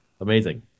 amazing